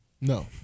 No